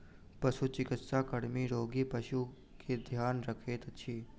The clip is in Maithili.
पशुचिकित्सा कर्मी रोगी पशु के ध्यान रखैत अछि